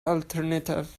alternative